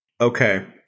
Okay